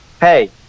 Hey